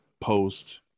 post